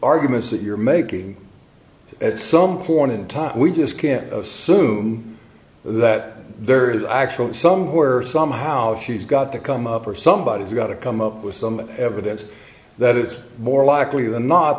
arguments that you're making at some point in time we just can't assume that there is actually somewhere somehow she's got to come up or somebody has got to come up with some evidence that it's more likely than not